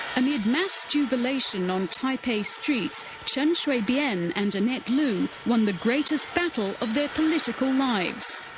amid mass jubilation on taipei's streets, chen shui-bian and annette lu won the greatest battle of their political lives.